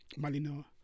Malino